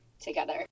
together